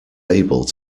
able